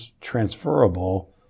transferable